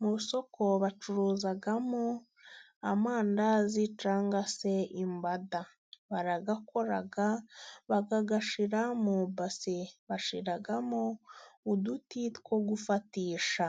Mu isoko bacuruzamo amandazi cyangwa se imbada. Baragakora baga bagashira mu mabase. Bashiriramo uduti two gufatisha.